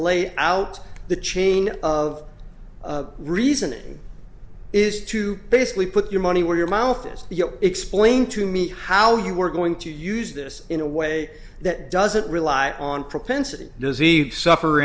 lay out the chain of reasoning is to basically put your money where your mouth is you know explain to me how you were going to use this in a way that doesn't rely on propensity disease suffer